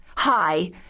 Hi